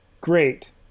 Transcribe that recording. great